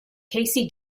casey